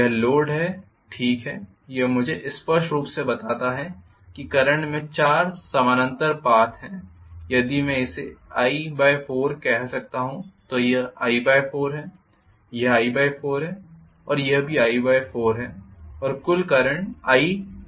यह लोड है ठीक है यह मुझे स्पष्ट रूप से बताता है कि करंट में 4 समानांतर पथ हैं यदि मैं इसे I4 कह सकता हूं तो यह I4 है यह I4 है और यह I4 भी है और कुल करंट I लिया गया है